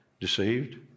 Deceived